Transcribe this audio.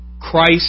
Christ